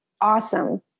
awesome